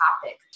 topic